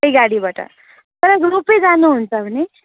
त्यही गाडीबाट तर रोपवे जानुहुन्छ भने